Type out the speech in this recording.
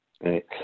Right